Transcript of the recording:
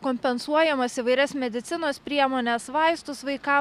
kompensuojamas įvairias medicinos priemones vaistus vaikam